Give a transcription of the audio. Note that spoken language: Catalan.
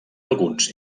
alguns